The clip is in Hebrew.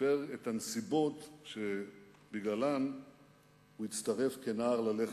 הנסיבות שבגללן הוא הצטרף כנער ללח"י.